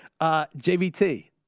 JVT